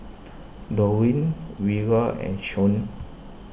Dorine Vira and Shon